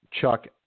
Chuck